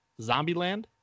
Zombieland